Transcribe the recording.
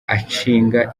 ashinga